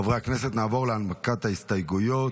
חברי הכנסת, נעבור להנמקת ההסתייגויות.